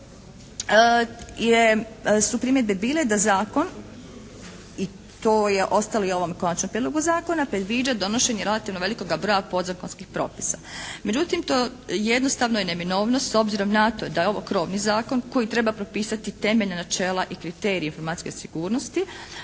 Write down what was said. su primjedbe bile da zakon i to je ostalo u ovom konačnom prijedlogu zakona predviđa donošenje relativno velikoga broja podzakonskih propisa. Međutim, to jednostavno je neminovno s obzirom na to da je ovo krovni zakon koji treba propisati temeljna načela i kriterije informacijske sigurnosti